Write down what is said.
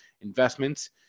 Investments